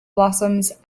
blossoms